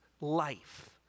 life